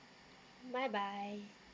bye bye